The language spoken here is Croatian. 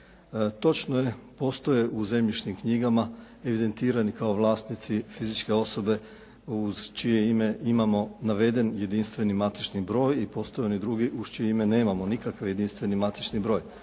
Točno je, postoje u zemljišnim knjigama evidentirani kao vlasnici fizičke osobe uz čije ime imamo naveden jedinstven matični broj i postoje oni drugi uz čije ime nemamo nikakvi jedinstveni matični broj,